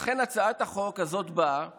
לכן הצעת החוק הזאת באה